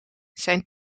zijn